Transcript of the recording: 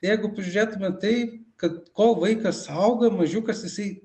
jeigu pažiūrėtume tai kad kol vaikas auga mažiukas jisai